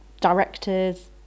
directors